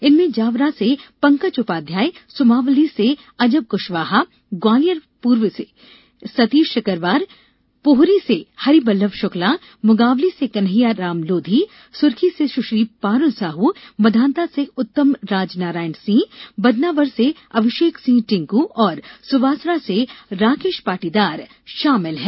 इनमें जावरा से पंकज उपाध्याय सुमावली से अजब कुशवाहा ग्वालियर पूर्व से सतीश सिकरवार पोहरी से हरिवल्लभ शुक्ला मुंगावली से कन्हैया राम लोधी सुरखी से सुश्री पारूल साह मांधाता से उत्तम राज नारायण सिंह बदनावर से अभिषेक सिंह टिंकू और सुवासरा से राकेश पाटीदार शामिल हैं